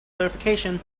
clarification